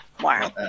Wow